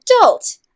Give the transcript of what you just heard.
adult